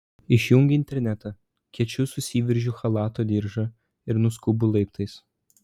išjungiu internetą kiečiau susiveržiu chalato diržą ir nuskubu laiptais